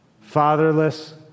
Fatherless